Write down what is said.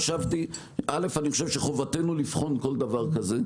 א', חובתנו לבחון כל דבר כזה.